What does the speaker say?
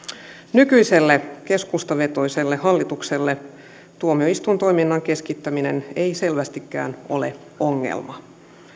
nykyiselle keskustavetoiselle hallitukselle tuomioistuintoiminnan keskittäminen ei selvästikään ole ongelma